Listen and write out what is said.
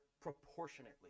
proportionately